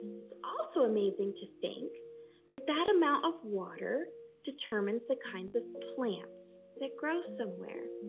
it's also amazing to think that, that amount of water determines the kinds of plants that grow somewhere.